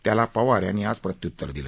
त्याला पवार यांनी आज प्रत्य्तर दिलं